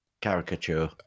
caricature